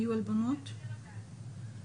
אפשר, אדוני?